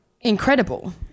incredible